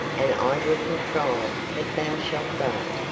and i will contrive that thou shalt go.